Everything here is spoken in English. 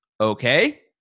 Okay